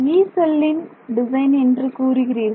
'யீ' செல்லின் டிசைன் என்று கூறுகிறீர்கள்